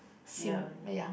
seem yeah